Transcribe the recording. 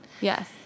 Yes